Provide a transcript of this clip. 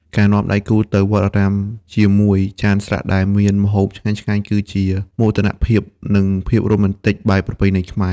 ការនាំដៃគូទៅ "វត្ដអារាម" ជាមួយចានស្រាក់ដែលមានម្ហូបឆ្ងាញ់ៗ គឺជាមោទនភាព និងភាពរ៉ូមែនទិកបែបប្រពៃណីខ្មែរ។